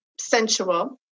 sensual